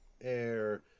air